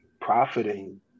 profiting